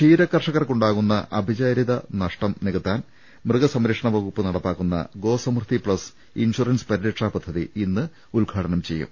ക്ഷീരകർഷകർക്കുണ്ടാകുന്ന അവിചാരിത നഷ്ടം നികത്താൻ മൃഗസംരക്ഷണവകുപ്പ് നടപ്പാക്കുന്ന ഗോസമൃദ്ധി പ്ലസ് ഇൻഷുറൻസ് പരി രക്ഷാ പദ്ധതി ഇന്ന് ഉദ്ഘാടനം ചെയ്യും